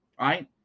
right